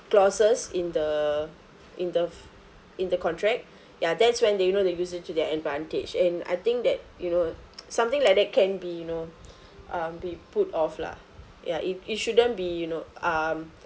clauses in the in the f~ in the contract ya that's when that you know they use it to their advantage and I think that you know something like that can be you know um be put off lah ya if it shouldn't be you know um